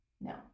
No